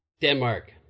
Denmark